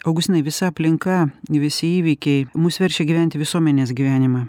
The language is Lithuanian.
augustinai visa aplinka visi įvykiai mus verčia gyventi visuomenės gyvenimą